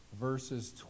verses